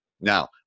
Now